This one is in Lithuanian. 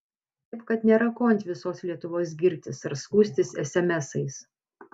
taip kad nėra ko ant visos lietuvos girtis ar skųstis esemesais